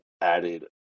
added